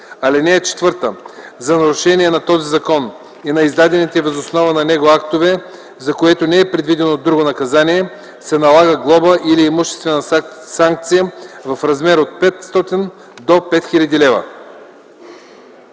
хил. лв. (4) За нарушение на този закон и на издадените въз основа на него актове, за което не е предвидено друго наказание, се налага глоба или имуществена санкция в размер от 500 до 5 хил.